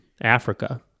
Africa